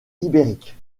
ibérique